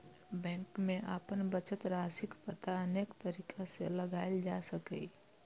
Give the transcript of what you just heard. bank मे अपन बचत राशिक पता अनेक तरीका सं लगाएल जा सकैए